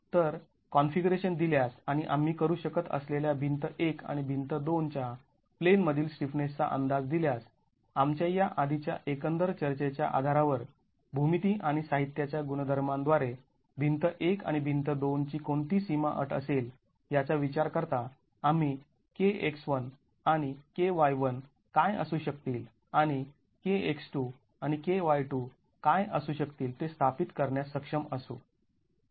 तर कॉन्फिगरेशन दिल्यास आणि आम्ही करू शकत असलेल्या भिंती १ आणि भिंत २ च्या प्लेनमधील स्टिफनेसचा अंदाज दिल्यास आमच्या या आधीच्या एकंदर चर्चेच्या आधारावर भूमिती आणि साहित्याच्या गुणधर्मांद्वारे भिंत १ आणि भिंत २ ची कोणती सीमा अट असेल याचा विचार करता आम्ही k x1 आणि k y1 काय असू शकतील आणि k x2 आणि k y2 काय असू शकतील ते स्थापित करण्यास सक्षम असू